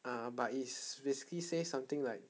ah but is basically say something like